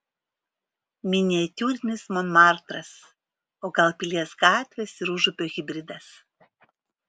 miniatiūrinis monmartras o gal pilies gatvės ir užupio hibridas